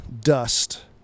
Dust